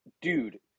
dude